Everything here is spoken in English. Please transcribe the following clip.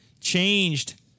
changed